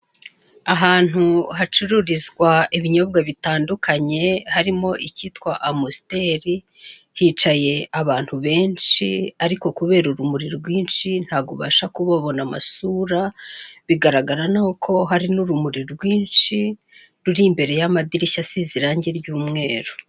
Ahantu hacururizwa ibinyobwa bitandukanye harimo icyitwa amusiteri, hicaye abantu benshi ariko kubera urumuri rwinshi ntabwo ubasha kubabona amasura, bigaragara ko hari n'urumuri rwinshi ruri imbere y'amadirishya asize irangi ry'umweru.